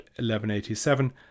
1187